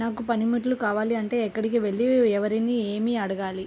నాకు పనిముట్లు కావాలి అంటే ఎక్కడికి వెళ్లి ఎవరిని ఏమి అడగాలి?